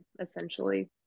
essentially